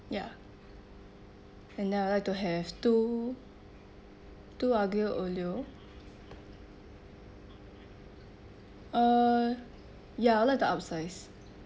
ya and then I would like to have two two aglio olio uh ya I would like to upsize